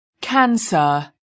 cancer